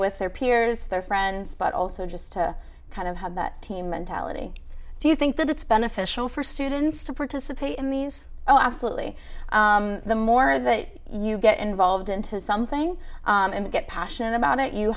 with their peers their friends but also just to kind of have that team mentality do you think that it's beneficial for students to participate in these oh absolutely the more that you get involved into something and get passionate about it you